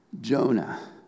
Jonah